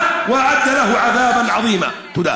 תודה.